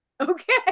Okay